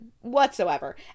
whatsoever